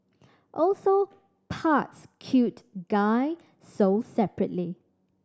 also parts cute guy sold separately